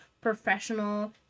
professional